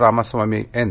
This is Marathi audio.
रामास्वामी एन